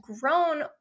grown